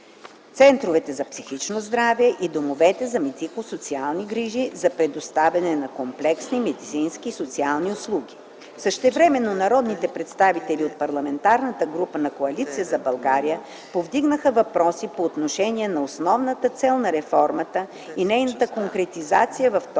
центровете за психично здраве и домовете за медико-социални грижи за предоставянето на комплексни медицински и социални услуги. Същевременно народните представители от Парламентарната група на Коалиция за България повдигнаха въпроси по отношение на основната цел на реформата и нейната конкретизация в този